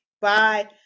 Bye